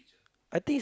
I think is